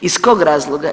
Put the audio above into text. Iz kog razloga?